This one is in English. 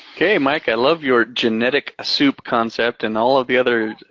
okay, mike, i loved your genetic soup concept, and all of the other